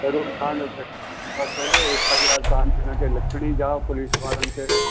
ज़रूरु तव्हांजो केस त पहिरें एफ आई आर तव्हांखे हिन खे लिखिणी या पुलिस वारनि खे